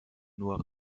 nur